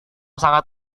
sangat